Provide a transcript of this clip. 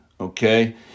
okay